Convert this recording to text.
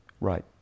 Right